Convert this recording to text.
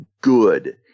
good